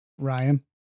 Ryan